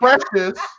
precious